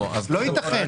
לא יתכן.